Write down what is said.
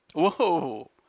Whoa